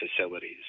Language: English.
facilities